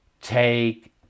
take